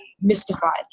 mystified